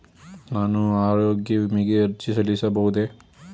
ನಾನು ಆರೋಗ್ಯ ವಿಮೆಗೆ ಅರ್ಜಿ ಸಲ್ಲಿಸಬಹುದೇ?